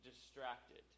distracted